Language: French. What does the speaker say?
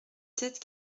sept